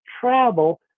travel